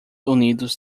unidos